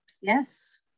yes